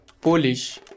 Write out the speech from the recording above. Polish